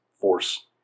force